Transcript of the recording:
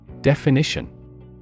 Definition